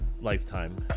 lifetime